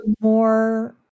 more